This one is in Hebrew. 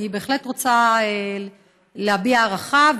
אני בהחלט רוצה להביע הערכה,